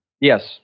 Yes